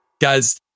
guys